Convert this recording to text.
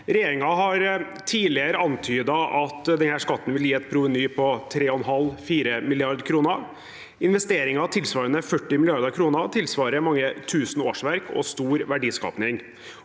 Regjeringen har tidligere antydet at denne skatten vil gi et proveny på 3,5–4 mrd. kr. Investeringer tilsvarende 40 mrd. kr tilsvarer mange tusen årsverk og stor verdiskaping,